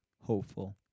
hopeful